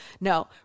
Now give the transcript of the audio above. No